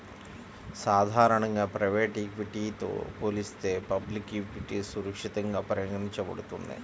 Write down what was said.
సాధారణంగా ప్రైవేట్ ఈక్విటీతో పోలిస్తే పబ్లిక్ ఈక్విటీ సురక్షితంగా పరిగణించబడుతుంది